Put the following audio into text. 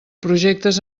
projectes